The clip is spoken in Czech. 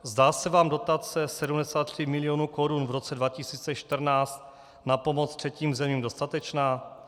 Zdá se vám dotace 73 milionů korun v roce 2014 na pomoc třetím zemím dostatečná?